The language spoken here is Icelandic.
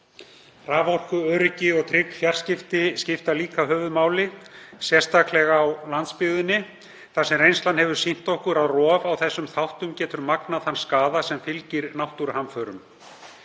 Raforkuöryggi og trygg fjarskipti skipta líka höfuðmáli, sérstaklega á landsbyggðinni þar sem reynslan hefur sýnt okkur að rof á þessum þáttum getur magnað þann skaða sem fylgir náttúruhamförum.